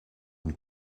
une